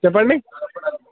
చెప్పండి